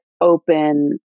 open